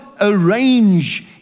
arrange